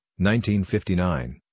1959